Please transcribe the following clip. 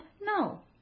No